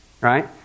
right